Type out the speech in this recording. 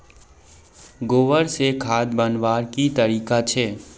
गोबर से खाद बनवार की तरीका छे?